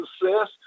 success